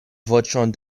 voĉon